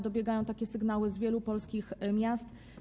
Dobiegają takie sygnały z wielu polskich miast.